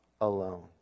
alone